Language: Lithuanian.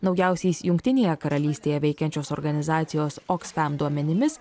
naujausiais jungtinėje karalystėje veikiančios organizacijos oksfem duomenimis